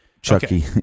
Chucky